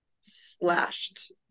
slashed